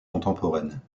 contemporaine